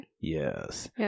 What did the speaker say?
Yes